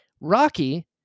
Rocky